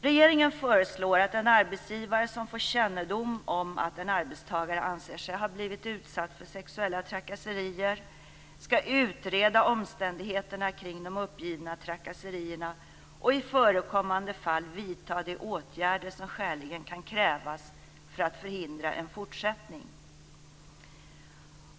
Regeringen föreslår att en arbetsgivare som får kännedom om att en arbetstagare anser sig ha blivit utsatt för sexuella trakasserier skall utreda omständigheterna kring de uppgivna trakasserierna och i förekommande fall vidta de åtgärder som skäligen kan krävas för att förhindra en fortsättning.